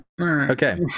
Okay